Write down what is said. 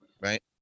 Right